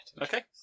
Okay